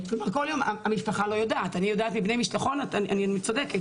כל יום המשפחה לא יודעת, נכון אני צודקת?